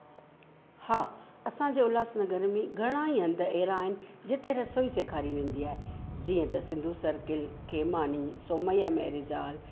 हा असांजे उल्हासनगर में घणाई हंधु अहिड़ा आहिनि जिते रसोई सेखारी वेंदी आहे जीअं त Sindhu circle Khemani Saumya marriage hall